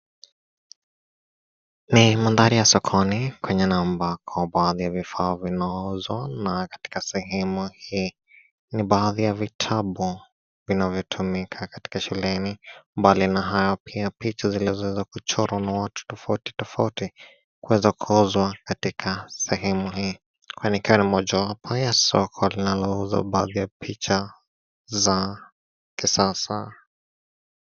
Ni mandhari ya sokoni kwenye namba kubwa ya vifaa vinauzwa na katika sehemu hii. Ni baadhi ya vitabu vinavyotumika katika shuleni. Mbali na hayo, pia picha zilizowezwa kuchorwa na watu tofauti tofauti kuwezwa kuuzwa katika sehemu hii. Inaonekana ni moja wapo ya soko linalouzwa baadhi ya picha za kisasa.